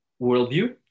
worldview